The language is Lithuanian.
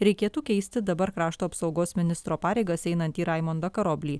reikėtų keisti dabar krašto apsaugos ministro pareigas einantį raimundą karoblį